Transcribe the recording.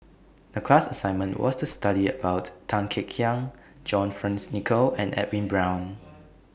The class assignment was to study about Tan Kek Hiang John Fearns Nicoll and Edwin Brown